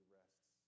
rests